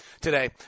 today